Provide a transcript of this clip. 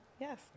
Yes